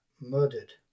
murdered